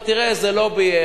אתה תראה איזה לובי,